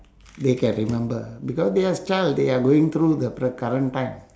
then can remember because they as child they are going through the pre~ current time